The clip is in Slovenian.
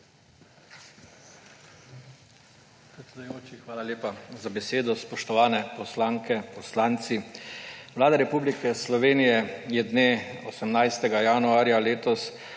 hvala za besedo. Spoštovane poslanke, poslanci! Vlada Republike Slovenije je dne 18. januarja letos